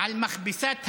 על מכבסת המילים,